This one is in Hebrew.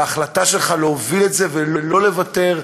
בהחלטה שלך להוביל את זה ולא לוותר,